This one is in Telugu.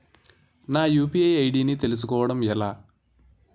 నా యు.పి.ఐ ఐ.డి ని తెలుసుకోవడం ఎలా?